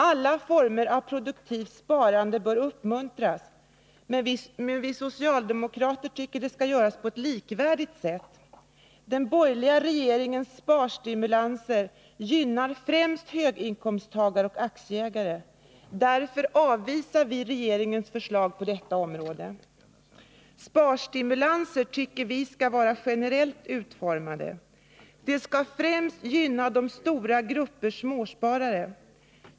Alla former av produktivt sparande bör uppmuntras, men vi socialdemokrater tycker att det skall göras på ett likvärdigt sätt. Den borgerliga regeringens sparstimulanser gynnar främst höginkomsttagare och aktieägare. Därför avvisar vi regeringens förslag på detta område. Sparstimulanser tycker vi skall vara generellt utformade. De skall främst gynna den stora gruppen småsparare.